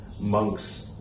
Monks